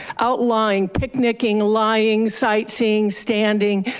outlawing picnicking, laying, sightseeing, standing,